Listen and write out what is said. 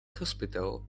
hospital